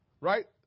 right